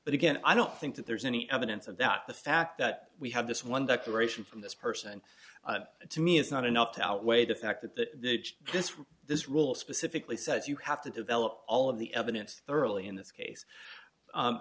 but again i don't think that there's any evidence of that the fact that we have this one declaration from this person to me is not enough to outweigh the fact that this this rule specifically says you have to develop all of the evidence thoroughly in this case